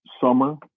summer